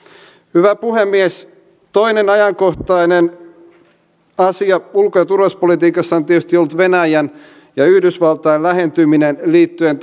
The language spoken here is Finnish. hyvä puhemies toinen ajankohtainen asia ulko ja turvallisuuspolitiikassa on tietysti ollut venäjän ja yhdysvaltojen lähentyminen liittyen